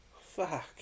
Fuck